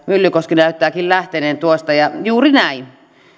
myllykoski näyttääkin lähteneen tuosta ja on juuri näin